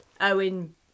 Owen